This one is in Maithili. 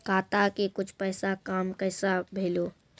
खाता के कुछ पैसा काम कैसा भेलौ?